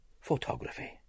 photography